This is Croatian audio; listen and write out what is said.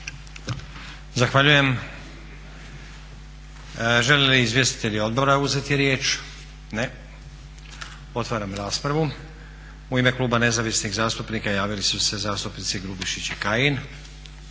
Zahvaljujem. Žele li izvjestitelji odbora uzeti riječ? Ne. Otvaram raspravu. U ime Kluba nezavisnih zastupnika javili su se zastupnici Grubišić i Kajin.